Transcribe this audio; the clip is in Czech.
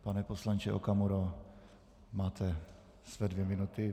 Pane poslanče Okamuro, máte své dvě minuty.